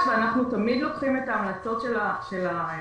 מחדש ואנחנו תמיד לוקחים את ההמלצות של הוועדה,